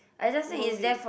worth it